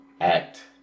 Act